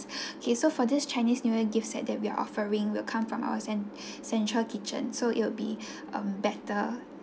okay so for this chinese new year gift set that we are offering will come from our cen~ central kitchen so it'll be um better